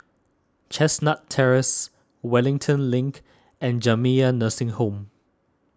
Chestnut Terrace Wellington Link and Jamiyah Nursing Home